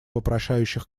вопрошающих